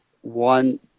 one